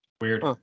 Weird